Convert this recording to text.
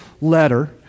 letter